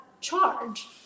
charge